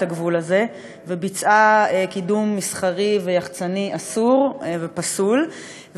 הגבול הזה וביצעה קידום מסחרי ויחצני אסור ופסול.